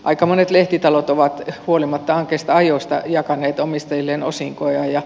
aika monet lehtitalot ovat huolimatta ankeista ajoista jakaneet omistajilleen osinkoja